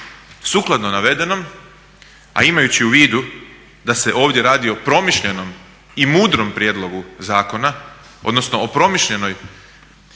Sukladno navedenom, a imajući u vidu da se ovdje radi o promišljenom i mudrom prijedlogu zakona, odnosno o promišljenoj